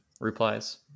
replies